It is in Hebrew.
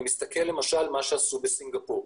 אני מסתכל למשל על מה שעשו בסינגפור: